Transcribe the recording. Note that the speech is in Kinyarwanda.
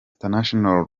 international